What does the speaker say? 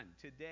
Today